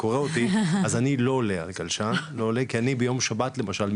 אני לא עולה על גלשן כי אני למשל בימי שבת לא אוהב,